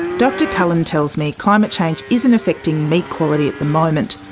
dr cullen tells me climate change isn't affecting meat quality at the moment,